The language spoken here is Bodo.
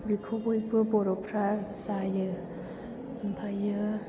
बेखौ बयबो बर'फोरा जायो ओमफ्राय